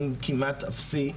כמעט אפסי,